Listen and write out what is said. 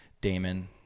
Damon